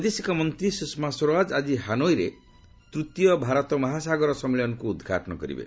ବୈଦେଶିକ ମନ୍ତ୍ରୀ ସୁଷମା ସ୍ୱରାଜ ଆଳି ହାନୋଇରେ ତୃତୀୟ ଭାରତ ମହାସାଗର ସମ୍ମିଳନୀକୁ ଉଦ୍ଘାଟନ କରିବେ